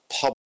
public